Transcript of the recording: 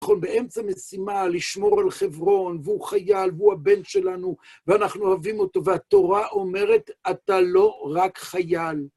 באמצע משימה, לשמור על חברון, והוא חייל, והוא הבן שלנו, ואנחנו אוהבים אותו, והתורה אומרת, אתה לא רק חייל.